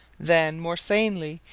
then, more sanely,